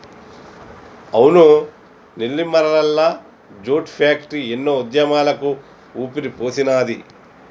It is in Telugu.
అవును నెల్లిమరల్ల జూట్ ఫ్యాక్టరీ ఎన్నో ఉద్యమాలకు ఊపిరిపోసినాది